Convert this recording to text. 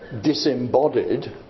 disembodied